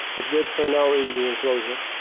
let's get her now in the enclosure.